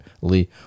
Lee